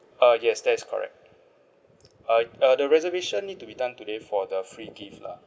uh yes that is correct uh uh the reservation need to be done today for the free gift lah